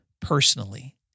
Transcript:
personally